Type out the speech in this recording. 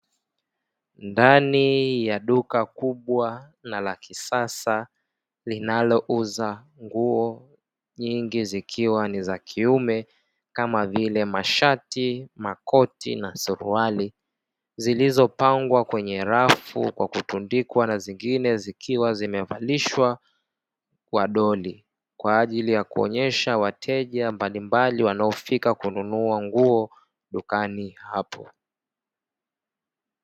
Ndani ya duka kubwa na la kisasa linalouza nguo nyingi zikiwa ni za kiume kama vile mashati, makoti, na suruali zilizopangwa kwenye rafu kwa kutundikwa na zingine zikiwa zimevalishwa kwa doli kwa ajili ya kuonyesha wateja mbalimbali wanaofika kununua nguo duka hapo.